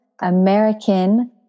American